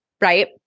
right